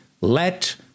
Let